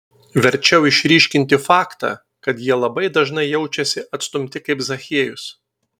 verčiau išryškinti faktą kad jie labai dažai jaučiasi atstumti kaip zachiejus